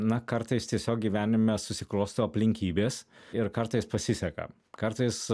na kartais tiesiog gyvenime susiklosto aplinkybės ir kartais pasiseka kartais